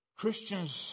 Christians